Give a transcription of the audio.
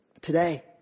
today